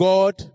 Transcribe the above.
God